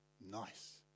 nice